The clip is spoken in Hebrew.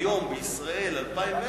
היום בישראל 2010 היא,